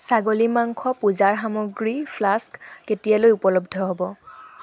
ছাগলী মাংস পূজাৰ সামগ্ৰী ফ্লাস্ক কেতিয়ালৈ উপলব্ধ হ'ব